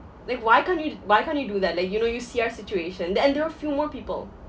like why can't you why can't you do that like you know you see our situation and there're a few more people